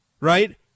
right